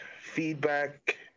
Feedback